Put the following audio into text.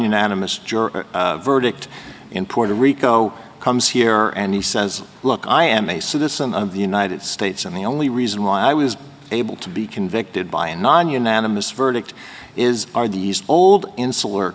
unanimous jury verdict in puerto rico comes here and he says look i am a citizen of the united states and the only reason why i was able to be convicted by a non unanimous verdict is are these old insular